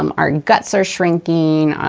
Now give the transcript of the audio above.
um our guts are shrinking,